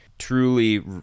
truly